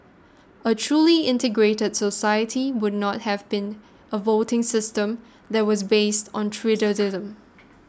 a truly integrated society would not have been a voting system that was based on tribalism